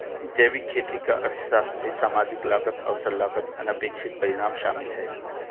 जैविक खेती का अर्थशास्त्र में सामाजिक लागत अवसर लागत अनपेक्षित परिणाम शामिल है